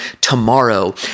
tomorrow